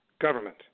government